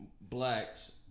blacks